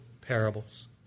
parables